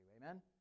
amen